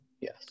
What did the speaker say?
Yes